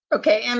okay, and